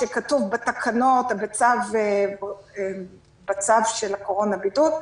שכתוב בתקנות או בצו של הקורונה בידוד,